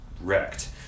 Wrecked